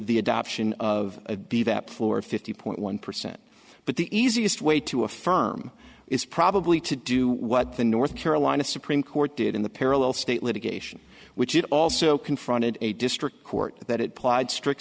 the adoption of be that floor fifty point one percent but the easiest way to affirm is probably to do what the north carolina supreme court did in the parallel state litigation which it also confronted a district court that it plied strict